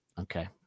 Okay